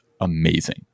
amazing